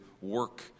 work